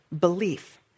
belief